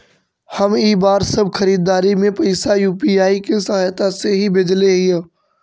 हम इ बार सब खरीदारी में भी पैसा यू.पी.आई के सहायता से ही भेजले हिय